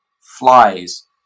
flies